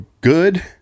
good